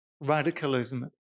radicalism